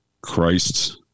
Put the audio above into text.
Christ